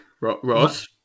Ross